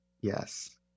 Yes